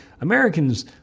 Americans